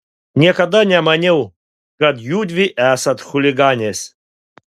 niekada nemaniau kad judvi esat chuliganės